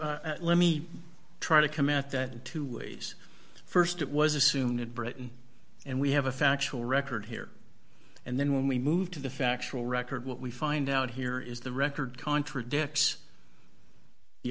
so let me try to commit the two ways st it was assumed britain and we have a factual record here and then when we move to the factual record what we find out here is the record contradicts the